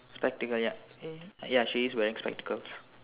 spectacle ya ya she is wearing spectacles